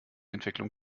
entwicklung